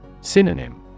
Synonym